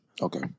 Okay